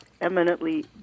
eminently